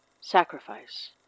sacrifice